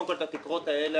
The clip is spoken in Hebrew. התקרות האלה,